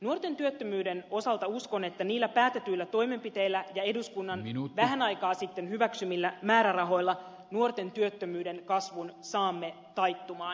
nuorten työttömyyden osalta uskon että niillä päätetyillä toimenpiteillä ja eduskunnan vähän aikaa sitten hyväksymillä määrärahoilla nuorten työttömyyden kasvun saamme taittumaan